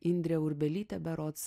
indrė urbelytė berods